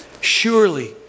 Surely